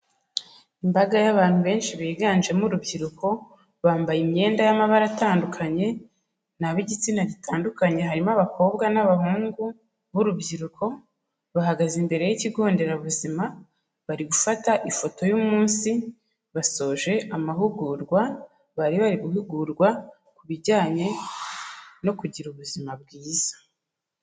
Imbaga y'abantu benshi biganjemo urubyiruko, bambaye imyenda y'amabara atandukanye n'ab'igitsina gitandukanye, harimo abakobwa n'abahungu b'urubyiruko, bahagaze imbere y'ikigo nderabuzima, bari gufata ifoto y'umunsi basoje amahugurwa, bari bari guhugurwa ku bijyanye no kugira ubuzima bwiza.